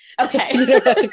okay